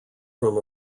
from